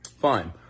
Fine